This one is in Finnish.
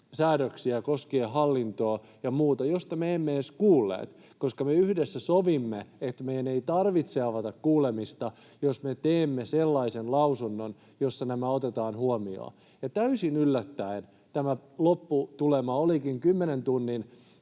säännöksiä koskien hallintoa ja muuta, mistä me emme edes kuulleet, koska me yhdessä sovimme, että meidän ei tarvitse avata kuulemista, jos me teemme sellaisen lausunnon, jossa nämä otetaan huomioon — ja täysin yllättäen tämä lopputulema olikin kymmenen tunnin